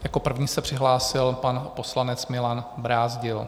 Jako první se přihlásil pan poslanec Milan Brázdil.